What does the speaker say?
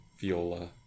viola